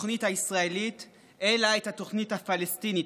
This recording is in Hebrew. התוכנית הישראלית אלא את התוכנית הפלסטינית,